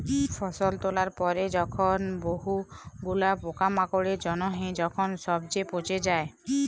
ফসল তোলার পরে যখন বহু গুলা পোকামাকড়ের জনহে যখন সবচে পচে যায়